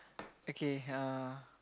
okay uh